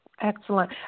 Excellent